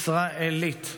ישראלית.